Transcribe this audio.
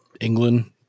England